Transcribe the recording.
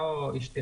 אתה או אשתך,